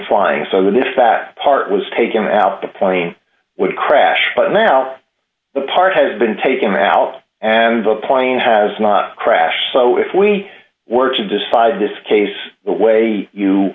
flying so that if that part was taken out the plane would crash but now the part has been taken out and the plane has not crash so if we were to decide this case the way you